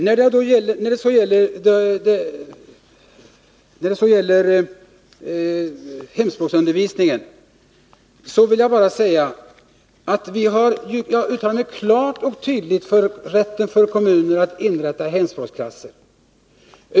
När det gäller hemspråksundervisningen vill jag bara säga att vi klart och tydligt har uttalat oss för rätten för kommuner att inrätta hemspråksklasser.